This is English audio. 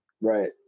right